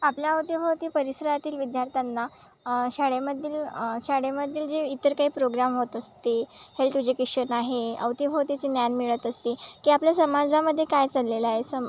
आपल्या अवतीभवती परिसरातील विद्यार्थ्यांना शाळेमधील शाळेमधील जे इतर काही प्रोग्राम होत असते हेल्थ एज्युकेशन आहे अवतीभवतीचे ज्ञान मिळत असते की आपल्या समाजामध्ये काय चाललेलं आहे सम